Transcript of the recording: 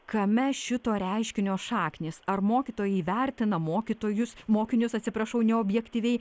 kame šito reiškinio šaknys ar mokytojai vertina mokytojus mokinius atsiprašau neobjektyviai